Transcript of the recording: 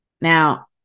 Now